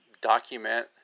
document